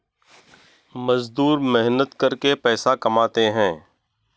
मजदूर मेहनत करके पैसा कमाते है